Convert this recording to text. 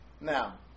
now